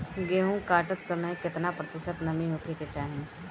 गेहूँ काटत समय केतना प्रतिशत नमी होखे के चाहीं?